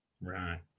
right